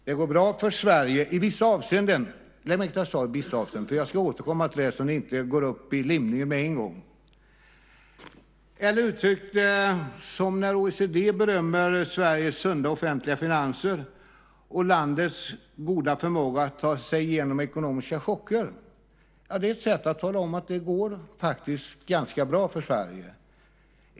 Det går bra för Sverige, i vissa avseenden. Lägg märke till att jag sade i vissa avseenden! Jag ska återkomma till det så ni inte går upp i limningen med en gång. När OECD berömmer Sveriges sunda offentliga finanser och landets goda förmåga att ta sig igenom ekonomiska chocker är det ett sätt att tala om att det går ganska bra för Sverige.